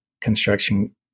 construction